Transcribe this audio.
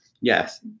Yes